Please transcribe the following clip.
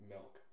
Milk